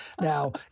Now